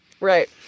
Right